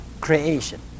creation